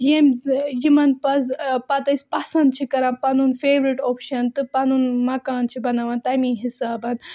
ییٚمۍ یِمَن پَزٕ پَتہٕ أسۍ پَسنٛد چھِ کَران پَنُن فیورِٹ آپشَن تہٕ پَنُن مکان چھِ بَناوان تَمی حِساب